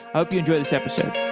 i hope you enjoy this episode.